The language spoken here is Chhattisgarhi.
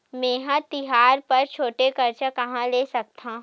मेंहा तिहार बर छोटे कर्जा कहाँ ले सकथव?